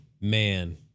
Man